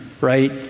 right